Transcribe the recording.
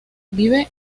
vive